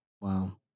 Wow